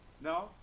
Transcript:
No